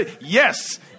Yes